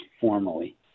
formally